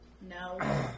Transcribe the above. No